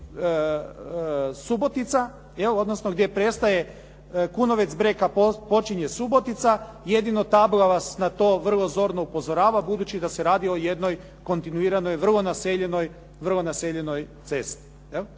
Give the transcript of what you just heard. Subotica, jel, odnosno gdje prestaje Kunovec breg a počinje Subotica, jedino tabla vas na to vrlo zorno upozorava budući da se radi o jednoj kontinuiranoj, vrlo naseljenoj,